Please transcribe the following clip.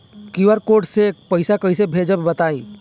QR code से पईसा कईसे भेजब बताई?